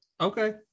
Okay